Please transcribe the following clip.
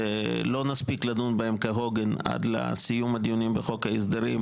ולא נספיק לדון בהם כהוגן עד לסיום הדיונים בחוק ההסדרים,